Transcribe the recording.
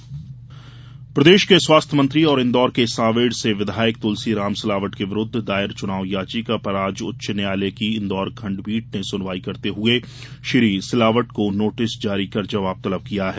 स्वास्थ्य मंत्री प्रदेश के स्वास्थ्य मंत्री और इंदौर के सांवेर से विधायक तुलसीराम सिलावट के विरुद्ध दायर चुनाव याचिका पर आज उच्च न्यायालय की इंदौर खंडपीठ ने मंत्री को नोटिस जारी कर जवाब तलब किया है